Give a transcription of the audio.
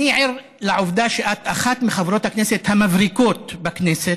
אני ער לעובדה שאת אחת מחברות הכנסת המבריקות בכנסת,